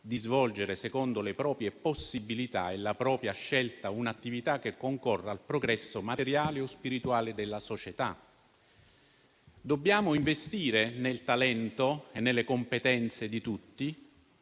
«di svolgere, secondo le proprie possibilità e la propria scelta, un'attività o una funzione che concorra al progresso materiale o spirituale della società». Noi dobbiamo investire nel talento e nelle competenze di tutti,